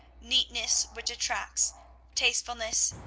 neatness which attracts tastefulness,